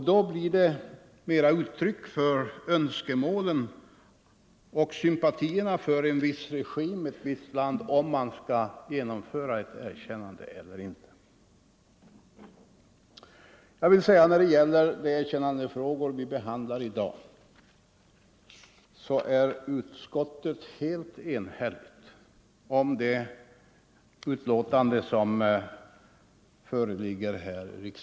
Då blir önskemålen om ett erkännande mera uttryck för sympatier för en viss regim och ett visst land. I de erkännandefrågor vi i dag behandlar är utskottets betänkande helt enhälligt.